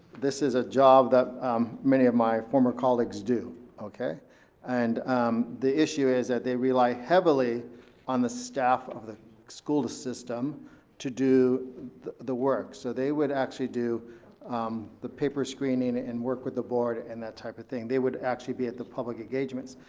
this is a job that many of my former colleagues do and um the issue is that they rely heavily on the staff of the school system to do the the work. so they would actually do um the paper screening and work with the board and that type of thing. they would actually be at the public engagements.